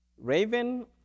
Raven